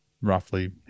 roughly